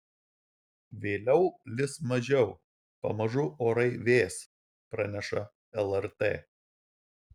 vėliau lis mažiau pamažu orai vės praneša lrt